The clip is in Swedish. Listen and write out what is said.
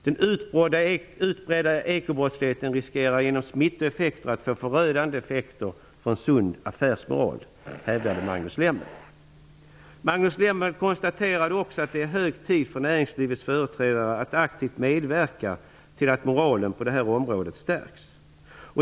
Den utbredda ekobrottsligheten riskerar genom smittoeffekter att få förödande effekter för en sund affärsmoral, hävdade Magnus Lemmel. Han konstaterade också att det är hög tid för näringslivets företrädare att aktivt medverka till att moralen på det här området stärks.